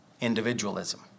individualism